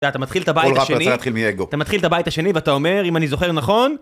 אתה מתחיל את הבית השני ואתה אומר אם אני זוכר נכון